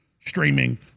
streaming